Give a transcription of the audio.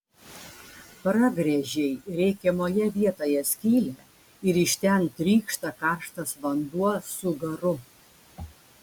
pragręžei reikiamoje vietoje skylę ir iš ten trykšta karštas vanduo su garu